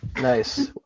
Nice